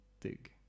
dig